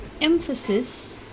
emphasis